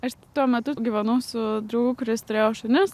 aš tuo metu gyvenau su draugu kuris turėjo šunis